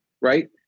Right